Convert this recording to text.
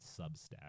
Substack